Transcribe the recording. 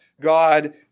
God